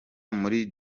muri